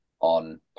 on